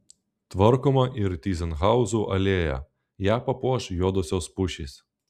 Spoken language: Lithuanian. tvarkoma ir tyzenhauzų alėja ją papuoš juodosios pušys